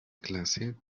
clase